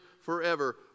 forever